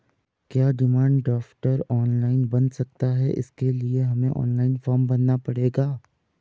क्या demand draft online बन सकता है इसके लिए हमें ऑनलाइन फॉर्म भरना पड़ेगा?